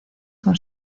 con